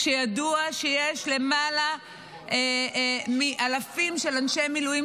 כשידוע שיש למעלה מאלפים של אנשי מילואים